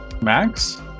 Max